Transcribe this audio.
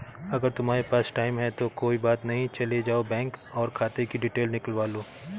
अगर तुम्हारे पास टाइम है तो कोई बात नहीं चले जाओ बैंक और खाते कि डिटेल निकलवा लो